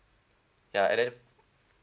ya and then